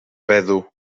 feddw